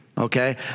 Okay